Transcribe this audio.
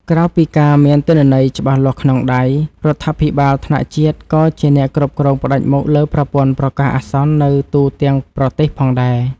ក្រៅពីការមានទិន្នន័យច្បាស់លាស់ក្នុងដៃ រដ្ឋាភិបាលថ្នាក់ជាតិក៏ជាអ្នកគ្រប់គ្រងផ្ដាច់មុខលើប្រព័ន្ធប្រកាសអាសន្ននៅទូទាំងប្រទេសផងដែរ។